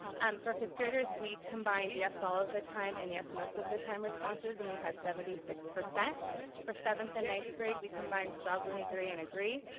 um for fifth graders we combined yes all of the time and yes most of the time responses, and we had seventy six. for seventh and ninth grade, we combined strongly agree and agree,